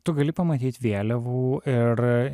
tu gali pamatyt vėliavų ir